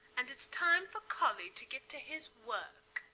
and it's time for colly to get to his work.